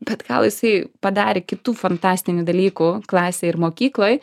bet gal jisai padarė kitų fantastinių dalykų klasėj ir mokykloj